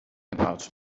about